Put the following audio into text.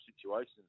situations